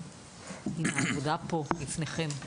והעבודה היא פה לפניכם.